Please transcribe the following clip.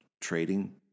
trading